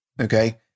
Okay